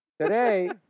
Today